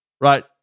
right